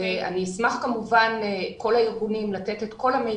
אני אשמח כמובן כך גם כל הארגונים לתת את כל המידע,